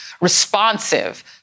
responsive